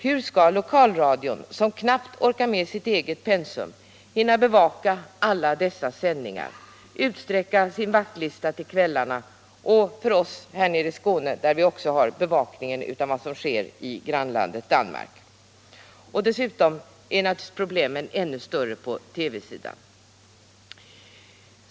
Hur skall lokalradion, som knappt orkar med sitt eget pensum, hinna bevaka alla dessa sändningar och utsträcka sin vaktlista till kvällarna, särskilt i Skåne, där också bevakningen av vad som sker i grannlandet Danmark tillkommer. Problemen på TV-sidan är naturligtvis ännu större.